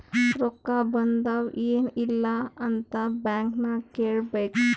ರೊಕ್ಕಾ ಬಂದಾವ್ ಎನ್ ಇಲ್ಲ ಅಂತ ಬ್ಯಾಂಕ್ ನಾಗ್ ಕೇಳಬೇಕ್